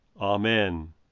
Amen